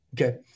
Okay